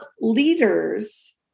leaders